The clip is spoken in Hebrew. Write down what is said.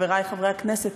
חברי חברי הכנסת,